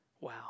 Wow